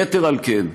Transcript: יתר על כן,